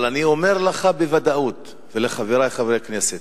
אבל אני אומר בוודאות לך ולחברי חברי הכנסת: